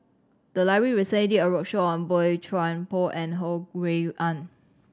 the library recently did a roadshow on Boey Chuan Poh and Ho Rui An